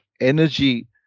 energy